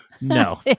No